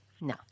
No